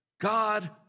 God